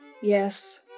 Yes